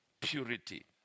purity